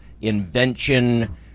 invention